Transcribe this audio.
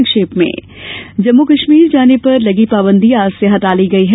संक्षिप्त समाचार जम्मू कश्मीर जाने पर लगी पाबंदी आज से हटा ली गई हैं